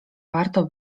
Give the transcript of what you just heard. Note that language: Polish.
warto